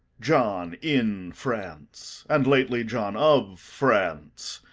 john in france, and lately john of france,